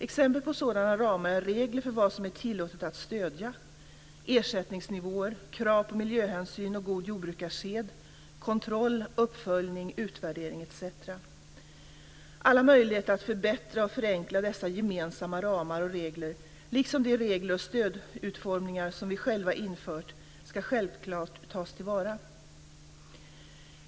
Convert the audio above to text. Exempel på sådana ramar är regler för vad som är tillåtet att stödja, ersättningsnivåer, krav på miljöhänsyn och god jordbrukarsed, kontroll, uppföljning, utvärdering etc. Alla möjligheter att förbättra och förenkla dessa gemensamma ramar och regler liksom de regler och stödutformningar som vi själva infört ska självklart tas till vara.